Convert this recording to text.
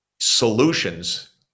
solutions